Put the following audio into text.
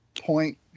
point